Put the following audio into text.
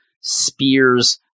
spears